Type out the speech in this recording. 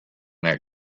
that